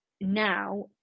now